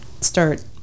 start